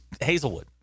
Hazelwood